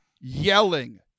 yelling